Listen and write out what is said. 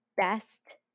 best